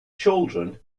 children